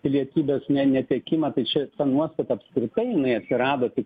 pilietybės ne netekimą tai čia ta nuostata apskritai atsirado jinai tik